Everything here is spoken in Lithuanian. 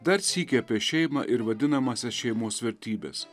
dar sykį apie šeimą ir vadinamąsias šeimos vertybes